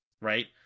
Right